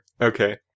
Okay